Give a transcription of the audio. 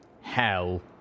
Hell